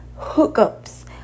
hookups